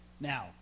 Now